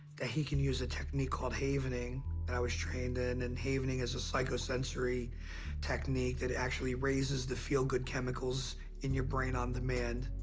that he can use a technique called havening that i was trained in, and havening is a psychosensory technique that it actually raises the feel-good chemicals in your brain on demand.